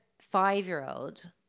five-year-old